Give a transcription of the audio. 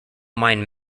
mine